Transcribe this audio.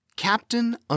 Captain